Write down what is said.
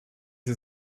sie